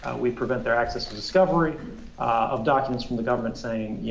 we prevent their access to discovery of documents from the government, saying, you